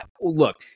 Look